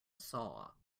saw